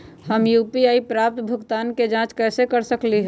हम यू.पी.आई पर प्राप्त भुगतान के जाँच कैसे कर सकली ह?